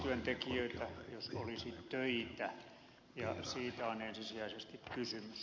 olisi työntekijöitä jos olisi töitä ja siitä on ensisijaisesti kysymys